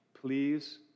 Please